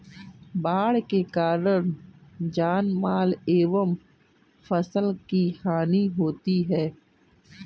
बाढ़ के कारण जानमाल एवं फसल की हानि होती है